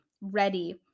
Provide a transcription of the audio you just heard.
ready